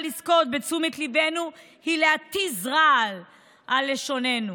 לזכות בתשומת ליבנו היא להתיז רעל על לשוננו,